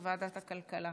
נתקבלה.